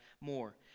more